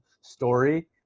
story